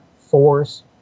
force